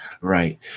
right